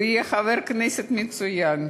הוא יהיה חבר כנסת מצוין.